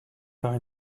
par